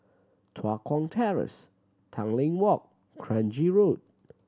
Tua Kong Terrace Tanglin Walk Kranji Road